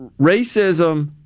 Racism